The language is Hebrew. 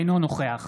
אינו נוכח